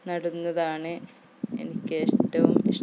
നടുന്നതാണ് എനിക്ക് ഏറ്റവും ഇഷ്ടം